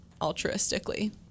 altruistically